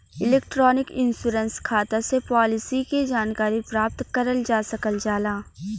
electronic insurance खाता से policy के जानकारी प्राप्त करल जा सकल जाला